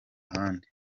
ahandi